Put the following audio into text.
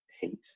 hate